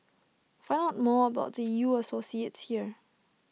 find out more about U associates here